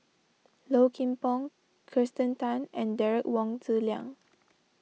Low Kim Pong Kirsten Tan and Derek Wong Zi Liang